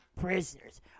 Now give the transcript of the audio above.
prisoners